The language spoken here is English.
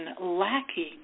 lacking